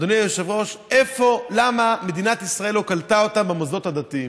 אדוני היושב-ראש: למה מדינת ישראל לא קלטה אותם במוסדות הדתיים?